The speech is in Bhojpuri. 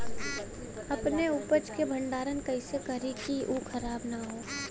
अपने उपज क भंडारन कइसे करीं कि उ खराब न हो?